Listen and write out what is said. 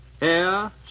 air